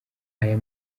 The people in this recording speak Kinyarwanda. aya